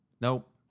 Nope